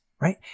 right